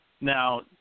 Now